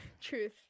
truth